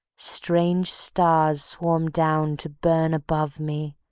strange stars swarm down to burn above me,